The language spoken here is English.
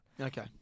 Okay